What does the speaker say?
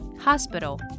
Hospital